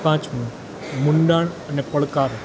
પાંચમું મુંડાણ અને પડકાર